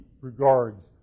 regards